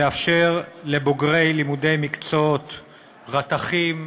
היא לאפשר לבוגרי לימודי המקצועות רתכים,